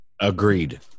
agreed